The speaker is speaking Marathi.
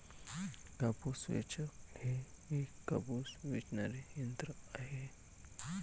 कापूस वेचक हे एक कापूस वेचणारे यंत्र आहे